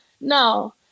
No